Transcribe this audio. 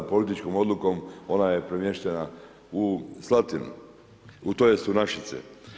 Političkom odlukom ona je premještena u Slatinu, tj. u Našice.